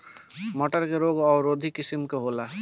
मटर के रोग अवरोधी किस्म कौन होला?